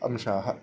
अंशाः